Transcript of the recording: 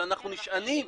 אבל אנחנו נשענים --- כן,